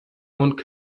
und